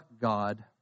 God